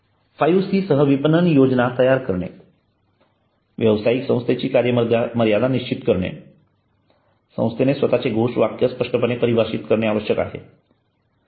5C सह विपणन योजना तयार करणे व्यवसायिक संस्थेची कार्य मर्यादा निश्चित करणे संस्थेने स्वतःचे घोषवाक्य स्पष्टपणे परिभाषित करणे आवश्यक आहे